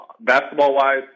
basketball-wise